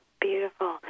Beautiful